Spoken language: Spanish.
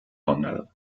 condado